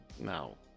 no